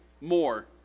more